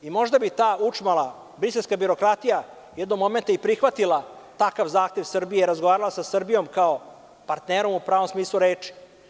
Možda bi ta učmala briselska birokratija jednog momenta i prihvatila takav zahtev Srbije i razgovarala sa Srbijom kao sa partnerom u pravom smislu reči.